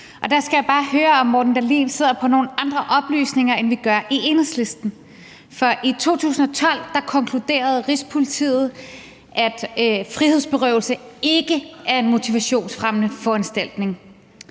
Og der skal jeg bare høre, om hr. Morten Dahlin sidder med nogle andre oplysninger, end vi gør i Enhedslisten. For i 2012 konkluderede Rigspolitiet, at frihedsberøvelse ikke er en motivationsfremmende foranstaltning.